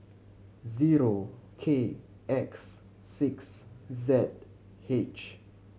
zero K X six Z H